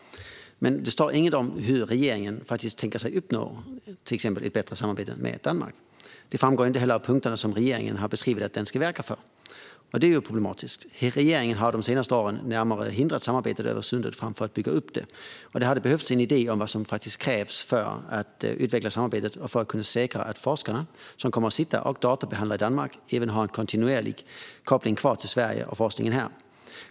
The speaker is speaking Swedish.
Men det står inget om hur regeringen faktiskt tänker sig att uppnå till exempel ett bättre samarbete med Danmark. Det framgår inte heller av punkterna som regeringen har beskrivit att den ska verka för. Detta är problematiskt. Regeringen har de senaste åren hindrat samarbetet över Sundet snarare än att bygga upp det. Det hade behövts en idé om vad som faktiskt krävs för att utveckla samarbetet och för att kunna säkra att forskarna som kommer att sitta och databehandla i Danmark även har en kontinuerlig koppling kvar till Sverige och forskningen här.